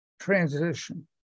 transition